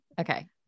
okay